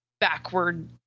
backward